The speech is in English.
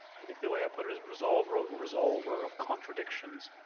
i think the way i put it was resolver ah resolver of contradictions.